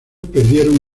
perdieron